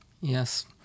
Yes